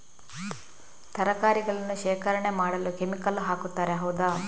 ತರಕಾರಿಗಳನ್ನು ಶೇಖರಣೆ ಮಾಡಲು ಕೆಮಿಕಲ್ ಹಾಕುತಾರೆ ಹೌದ?